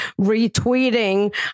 retweeting